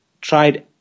tried